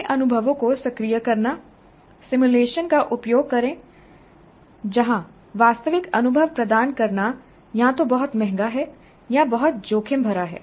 नए अनुभवों को सक्रिय करना सिमुलेशन का उपयोग करें जहां वास्तविक अनुभव प्रदान करना या तो बहुत महंगा है या बहुत जोखिम भरा है